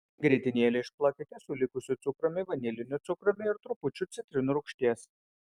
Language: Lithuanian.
grietinėlę išplakite su likusiu cukrumi vaniliniu cukrumi ir trupučiu citrinų rūgšties